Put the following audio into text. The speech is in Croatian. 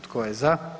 Tko je za?